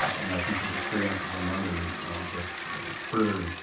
and i think his experiences in london just further